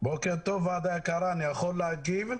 בוקר טוב, ועדה יקרה, אני יכולה להגיב?